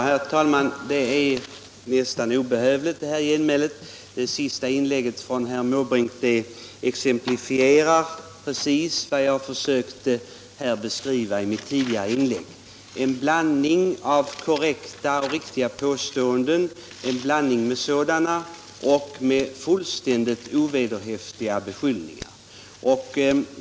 Herr talman! Det här genmälet är nästan obehövligt. Herr Måbrinks senaste inlägg exemplifierar ju precis vad jag försökte beskriva i mitt tidigare anförande: en blandning av korrekta påståenden och fullständigt ovederhäftiga beskyllningar.